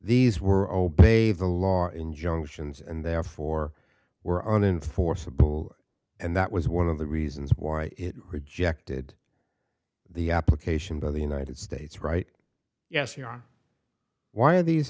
these were obey the law injunctions and therefore were on an forcible and that was one of the reasons why i rejected the application by the united states right yes you know why are these